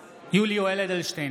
(קורא בשמות חברי הכנסת) יולי יואל אדלשטיין,